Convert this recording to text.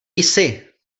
jsi